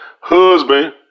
Husband